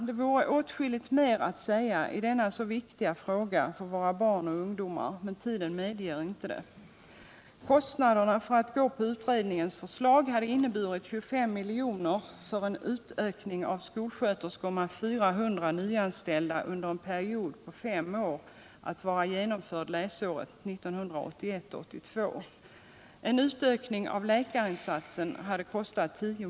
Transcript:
Det vore åtskilligt mer att säga i denna så viktiga fråga för våra barn och ungdomar, men tiden medger inte detta.